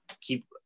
keep